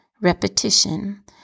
repetition